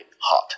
hot